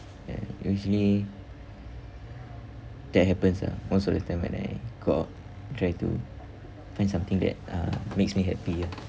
and usually that happens ah most of the time when I go out and try to find something that uh makes me happy ah